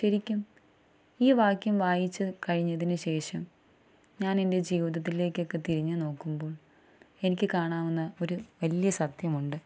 ശരിക്കും ഈ വാക്ക്യം വായിച്ചു കഴിഞ്ഞതിനു ശേഷം ഞാനെൻ്റെ ജീവിതത്തിലേക്കൊക്കെ തിരിഞ്ഞു നോക്കുമ്പോൾ എനിക്കു കാണാവുന്ന ഒരു വലിയ സത്യമുണ്ട്